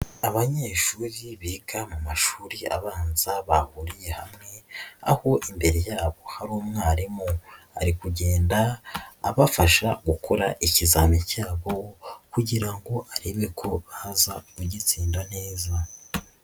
Abanyeshuri biga mu mashuri abanza bahuriye hamwe, aho imbere yabo hari umwarimu ari kugenda abafasha gukora ikizami cyabo kugira ngo arebe ko baza kugitsinda neza.